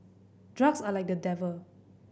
drugs are like the devil